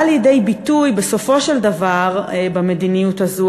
לידי ביטוי בסופו של דבר במדיניות הזאת,